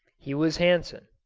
he was hansen.